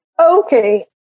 okay